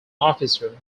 officer